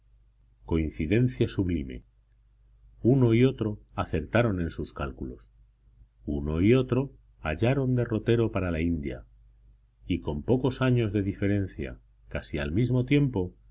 coincidencia sublime uno y otro acertaron en sus cálculos uno y otro hallaron derrotero para la india y con pocos años de diferencia casi al mismo tiempo